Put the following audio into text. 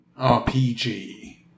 RPG